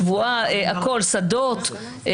הכול, שדות.